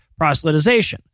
Proselytization